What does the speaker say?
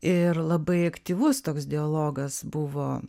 ir labai aktyvus toks dialogas buvo